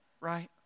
right